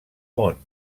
món